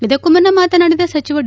ಇದಕ್ಕೂ ಮುನ್ನ ಮಾತನಾಡಿದ ಸಚಿವ ಡಿ